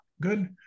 good